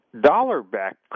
dollar-backed